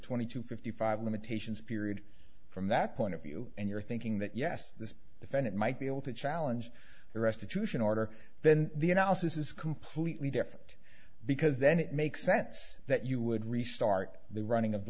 twenty to fifty five limitations period from that point of view and you're thinking that yes this defendant might be able to challenge the restitution order then the analysis is completely different because then it makes sense that you would restart the running of